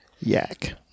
Yak